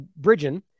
Bridgen